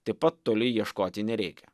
taip pat toli ieškoti nereikia